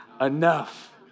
enough